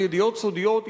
של ידיעות סודיות,